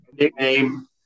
Nickname